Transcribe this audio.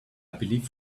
believe